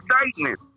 excitement